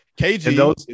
KG